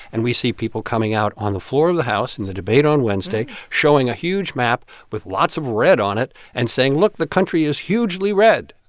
and we see people coming out on the floor of the house in the debate on wednesday, showing a huge map with lots of red on it and saying, look the country is hugely red.